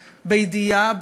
בידיעה,